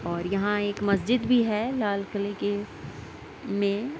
اور یہاں ایک مسجد بھی ہے لال قلعے کے میں